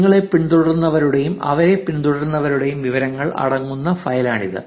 നിങ്ങളെ പിന്തുടരുന്നവരുടെയും അവരെ പിന്തുടരുന്നവരുടെയും വിവരങ്ങൾ അടങ്ങുന്ന ഫയലാണിത്